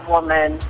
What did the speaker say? Woman